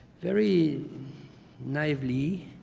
very naively